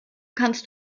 kannst